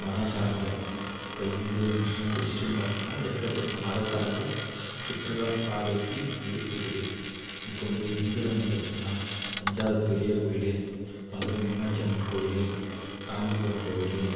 மதம் சார்ந்த இப்போ இந்து முஸ்லீம் கிறிஸ்டின் பார்த்திங்கன்னா எக்கச்சக்க மத தலங்கள் சுற்றுலா பார்வைக்கு இருக்கிறது இப்போ வந்து ஹிந்துவில் வந்து பார்த்திங்கன்னா தஞ்சாவூர் பெரிய கோயில் மதுரை மீனாட்சி அம்மன் கோயில் காஞ்சிபுரம் கோவில்